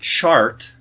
chart